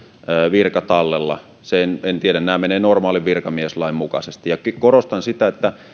virka tallella en tiedä nämä menevät normaalin virkamieslain mukaisesti korostan sitä että